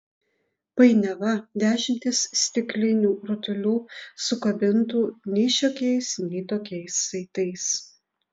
painiava dešimtys stiklinių rutulių sukabintų nei šiokiais nei tokiais saitais